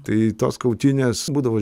tai tos kautynės būdavo